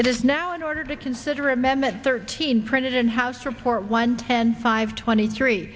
it is now an order to consider amendment thirteen printed in house report one ten five twenty three